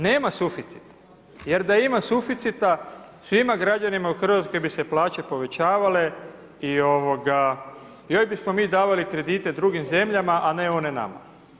Nema suficita jer da ima suficita svima građanima u Hrvatskoj bi se plaće povećavale i još bismo mi davali kredite drugim zemljama, a ne one nama.